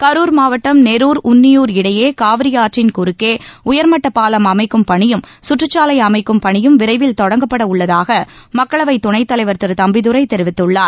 கரூர் மாவட்டம் நெரூர் உன்னியூர் இடையே காவிரி ஆற்றின் குறுக்கே உயர்மட்ட பாலம் அமைக்கும் பணியும் சுற்றுச்சாலை அமைக்கும் பணியும் விரைவில் தொடங்கப்பட உள்ளதாக மக்களவை துணைத் தலைவர் திரு தப்பிதுரை தெரிவித்துள்ளார்